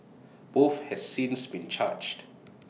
both have since been charged